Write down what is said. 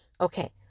Okay